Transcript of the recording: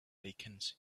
vacancy